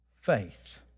faith